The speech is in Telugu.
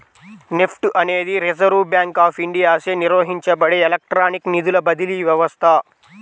నెఫ్ట్ అనేది రిజర్వ్ బ్యాంక్ ఆఫ్ ఇండియాచే నిర్వహించబడే ఎలక్ట్రానిక్ నిధుల బదిలీ వ్యవస్థ